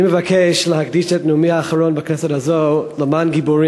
אני מבקש להקדיש את נאומי האחרון בכנסת הזאת לגיבורים,